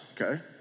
okay